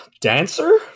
dancer